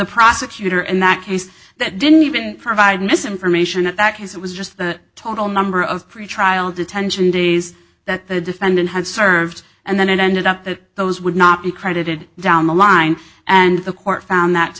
prosecutor in that case that didn't even provide misinformation in that case it was just the total number of pretrial detention days that the defendant had served and then it ended up that those would not be credited down the line and the court found that to